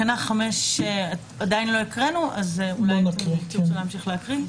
תקנה 5 שעדיין לא הקראנו, תרצה להמשיך להקריא?